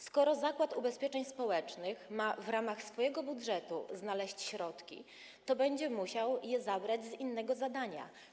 Skoro Zakład Ubezpieczeń Społecznych ma w ramach swojego budżetu znaleźć środki, to będzie musiał je zabrać z innego zadania.